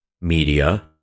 media